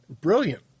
brilliant